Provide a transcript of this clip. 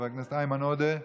חבר הכנסת איימן עודה,